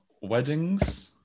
weddings